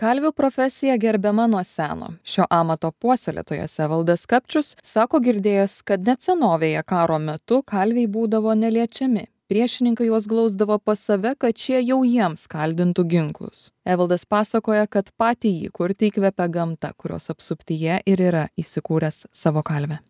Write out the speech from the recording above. kalvio profesija gerbiama nuo seno šio amato puoselėtojas evaldas kapčius sako girdėjęs kad net senovėje karo metu kalviai būdavo neliečiami priešininkai juos glausdavo pas save kad šie jau jiems kaldintų ginklus evaldas pasakoja kad patį jį kurti įkvepia gamta kurios apsuptyje ir yra įsikūręs savo kalvę